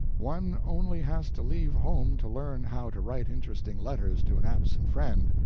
one only has to leave home to learn how to write interesting letters to an absent friend,